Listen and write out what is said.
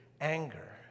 anger